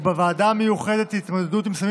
ובוועדה המיוחדת להתמודדות עם סמים